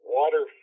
water